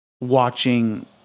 watching